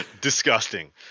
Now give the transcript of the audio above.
Disgusting